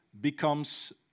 becomes